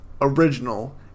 Original